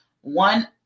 one